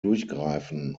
durchgreifen